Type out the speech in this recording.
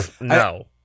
no